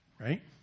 right